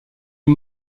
est